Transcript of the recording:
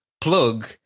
plug